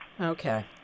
Okay